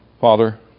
Father